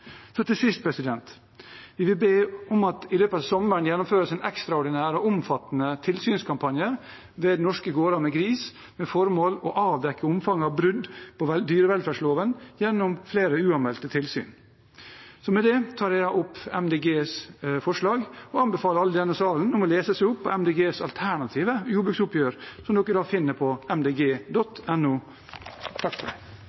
Til sist: Vi vil be om at det i løpet av sommeren gjennomføres en ekstraordinær og omfattende tilsynskampanje ved norske gårder med gris, med formål å avdekke omfanget av brudd på dyrevelferdsloven gjennom flere uanmeldte tilsyn. Med det tar jeg opp Miljøpartiet De Grønnes forslag. Jeg anbefaler alle i denne salen å lese seg opp på Miljøpartiet De Grønnes alternative jordbruksoppgjør, som man finner på